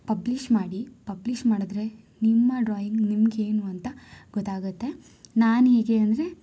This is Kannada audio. ಪಬ್ಲಿಶ್ ಮಾಡಿ ಪಬ್ಲಿಶ್ ಮಾಡಿದ್ರೆ ನಿಮ್ಮ ಡ್ರಾಯಿಂಗ್ ನಿಮಗೇನು ಅಂತ ಗೊತ್ತಾಗುತ್ತೆ ನಾನು ಹೇಗೆ ಅಂದರೆ